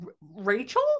Rachel